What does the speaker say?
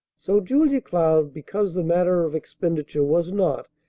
so julia cloud, because the matter of expenditure was not,